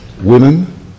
Women